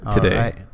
today